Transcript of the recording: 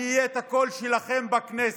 אני אהיה הקול שלכם בכנסת.